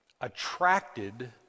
attracted